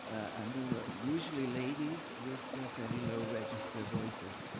and they were usually ladies with fairly low register voices.